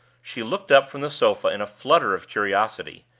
she looked up from the sofa in a flutter of curiosity,